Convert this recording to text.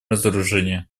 разоружения